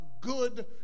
good